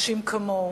אנשים כמוהו.